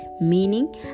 meaning